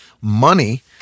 money